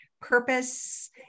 purpose